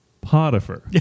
Potiphar